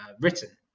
written